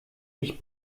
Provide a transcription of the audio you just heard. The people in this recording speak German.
ich